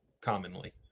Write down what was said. commonly